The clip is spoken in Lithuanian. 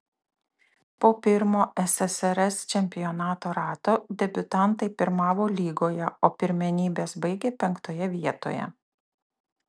po pirmo ssrs čempionato rato debiutantai pirmavo lygoje o pirmenybes baigė penktoje vietoje